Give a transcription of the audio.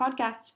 podcast